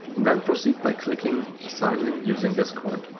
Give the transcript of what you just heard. then proceed by clicking sign in using discord.